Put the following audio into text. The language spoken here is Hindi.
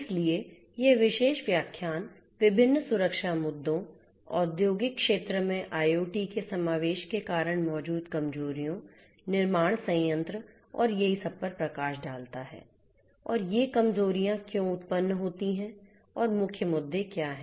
इसलिए यह विशेष व्याख्यान विभिन्न सुरक्षा मुद्दों औद्योगिक क्षेत्र में IoT के समावेश के कारण मौजूद कमजोरियां निर्माण संयंत्र और यही सब पर प्रकाश डालता है और ये कमजोरियां क्यों उत्पन्न होती हैं और मुख्य मुद्दे क्या हैं